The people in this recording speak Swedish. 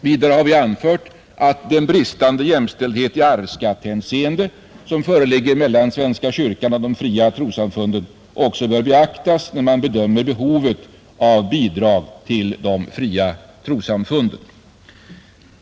Vidare har de anfört att den bristande jämställdheten i arvsskattehänseende mellan svenska kyrkan och de fria trossamfunden också bör beaktas, när man bedömer behovet av bidrag till de fria trossamfunden.